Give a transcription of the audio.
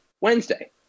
Wednesday